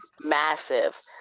massive